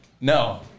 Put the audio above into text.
No